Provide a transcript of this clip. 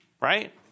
Right